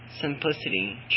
simplicity